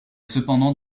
cependant